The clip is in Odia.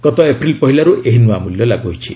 ଗତ ଏପ୍ରିଲ୍ ପହିଲାରୁ ଏହି ନୂଆ ମୂଲ୍ୟ ଲାଗୁ ହୋଇଛି